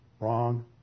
wrong